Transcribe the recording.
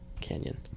canyon